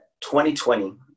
2020